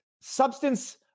substance